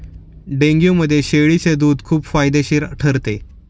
डेंग्यूमध्ये शेळीचे दूध खूप फायदेशीर ठरते